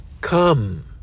Come